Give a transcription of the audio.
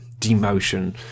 demotion